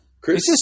Chris